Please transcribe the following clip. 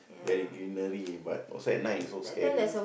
very greenery but also at night it's so scary